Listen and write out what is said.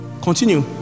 Continue